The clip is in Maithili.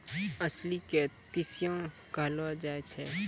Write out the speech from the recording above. अलसी के तीसियो कहलो जाय छै